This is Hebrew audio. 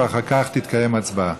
ואחר כך תתקיים הצבעה.